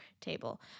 table